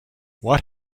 what